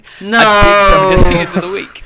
no